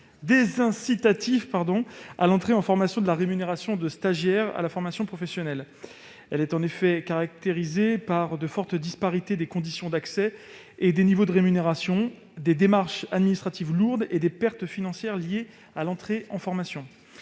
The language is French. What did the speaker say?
désincitatif à l'entrée en formation de la rémunération des stagiaires de la formation professionnelle. On constate en effet de fortes disparités des conditions d'accès et des niveaux de rémunération, des démarches administratives lourdes et des pertes financières liées à l'entrée en formation.